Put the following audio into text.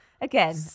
again